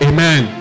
Amen